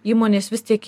įmonės vis tiek